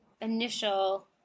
initial